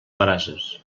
brases